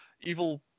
evil